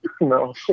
No